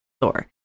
Thor